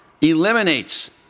eliminates